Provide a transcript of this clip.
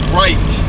right